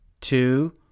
two